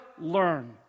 learn